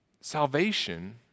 Salvation